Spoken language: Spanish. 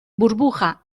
burbuja